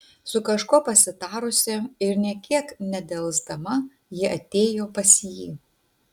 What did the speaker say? su kažkuo pasitarusi ir nė kiek nedelsdama ji atėjo pas jį